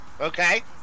Okay